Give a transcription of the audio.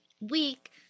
week